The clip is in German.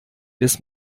des